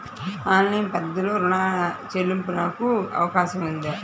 Online పద్ధతిలో రుణ చెల్లింపునకు అవకాశం ఉందా?